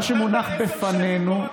עשר שנים,